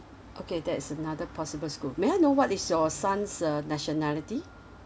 okay that is another possible school may I know what is your son's uh nationality